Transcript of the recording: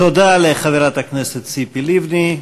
תודה לחברת הכנסת ציפי לבני.